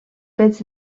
fets